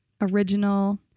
Original